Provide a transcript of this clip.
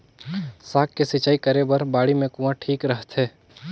साग के सिंचाई करे बर बाड़ी मे कुआँ ठीक रहथे?